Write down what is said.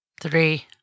Three